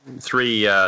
Three